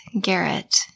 Garrett